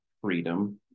freedom